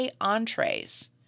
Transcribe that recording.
entrees